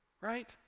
Right